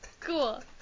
Cool